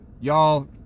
y'all